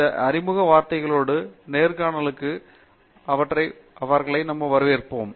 இந்த அறிமுக வார்த்தைகளோடு நேர்காணலுக்கு உங்களை வரவேற்கிறோம்